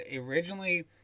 originally